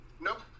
Nope